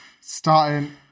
starting